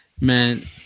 Man